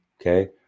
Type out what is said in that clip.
okay